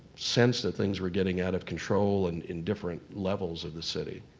sense that things were getting out of control and in different levels of the city.